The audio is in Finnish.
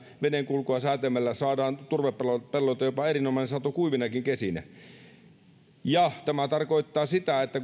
veden kulkua säätelemällä saadaan turvepelloilta jopa erinomainen sato kuivinakin kesinä ja tämä tarkoittaa sitä että